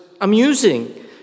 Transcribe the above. amusing